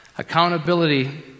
accountability